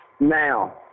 Now